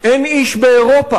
אין איש באירופה